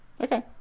okay